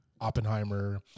Oppenheimer